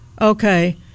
Okay